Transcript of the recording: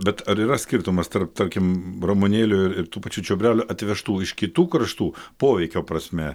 bet ar yra skirtumas tarp tarkim ramunėlių ir ir tų pačių čiobrelių atvežtų iš kitų kraštų poveikio prasme